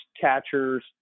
catchers